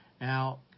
Now